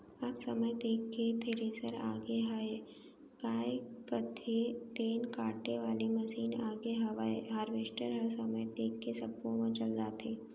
अब समय देख के थेरेसर आगे हयय, काय कथें तेन काटे वाले मसीन आगे हवय हारवेस्टर ह समय देख के सब्बो म चल जाथे